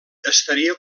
estaria